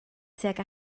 tuag